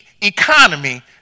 economy